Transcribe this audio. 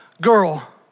girl